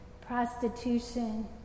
prostitution